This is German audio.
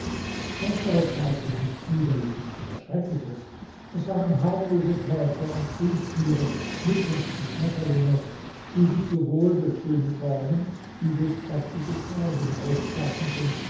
erstere zeigte nichts widerliches oder schreckliches es waren harmlose käfer und kriechtiere mücken und schmetterlinge die sich sowohl durch schöne formen wie durch prächtige farben auszeichneten